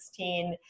2016